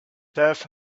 turf